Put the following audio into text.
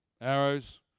arrows